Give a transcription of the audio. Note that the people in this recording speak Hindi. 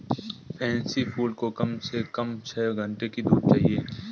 पैन्सी फूल को कम से कम छह घण्टे की धूप चाहिए